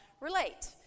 relate